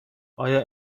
آیا